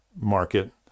market